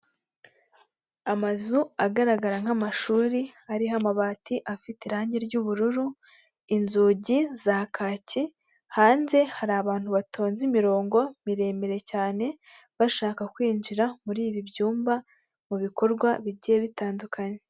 Amazu agaragara nk'amashuri ariho amabati afite irangi ry'ubururu, inzugi za kaki hanze hari abantu batonze imirongo miremire cyane, bashaka kwinjira muri ibi byumba mu bikorwa bigiye bitandukanye.